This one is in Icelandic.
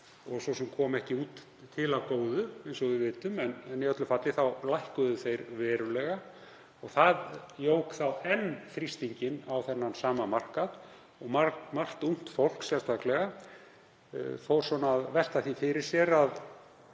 kom svo sem ekki til af góðu eins og við vitum, en í öllu falli lækkuðu þeir verulega. Það jók enn þrýstinginn á þennan sama markað og margt ungt fólk sérstaklega fór að velta því fyrir sér að